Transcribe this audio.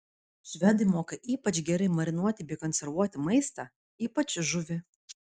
švedai moka ypač gerai marinuoti bei konservuoti maistą ypač žuvį